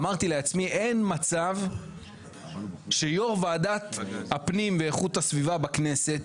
אמרתי לעצמי שאין מצב שיו"ר ועדת הפנים ואיכות הסביבה בכנסת,